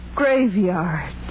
graveyard